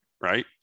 right